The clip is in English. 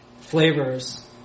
flavors